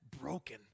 broken